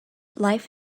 life